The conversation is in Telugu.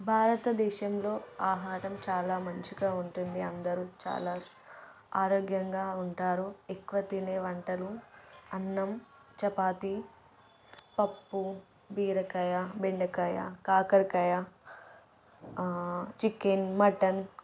భారతదేశంలో ఆహారం చాలా మంచిగా ఉంటుంది అందరు చాలా ఆరోగ్యంగా ఉంటారు ఎక్కువ తినే వంటలు అన్నం చపాతి పప్పు బీరకాయ బెండకాయ కాకరకాయ చికెన్ మటన్